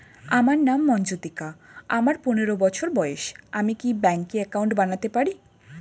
আমার নাম মজ্ঝন্তিকা, আমার পনেরো বছর বয়স, আমি কি ব্যঙ্কে একাউন্ট বানাতে পারি?